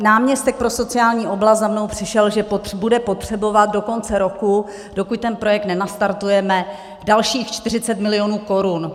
Náměstek pro sociální oblast za mnou přišel, že bude potřebovat do konce roku, dokud ten projekt nenastartujeme, dalších 40 milionů korun.